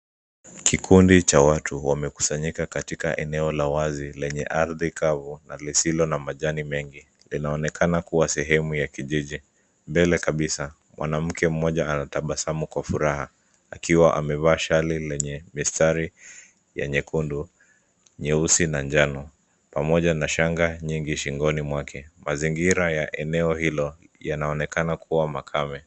Kikundi cha watu wamekusanyika katika eneo la wazi lenye ardhi kavu na lisilo na majani mengi. Iinaonekana kua sehemu ya kijiji. Mbele kabisa mwanamke mmoja anatabasamu kwa furaha akiwa amevaa shale lenye mistari ya nyekundu, nyeusi na njano pamoja na shanga nyingi shingoni mwake. Mazingira ya eneo hilo yanaonekana kua makame.